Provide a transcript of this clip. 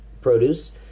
produce